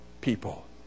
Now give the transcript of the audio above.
people